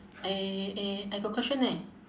eh eh I got question eh